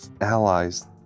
allies